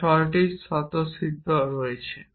তার ছয়টি স্বতঃসিদ্ধ ছিল